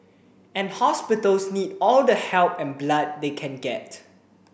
and hospitals need all the help and blood they can get